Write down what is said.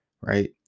Right